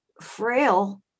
frail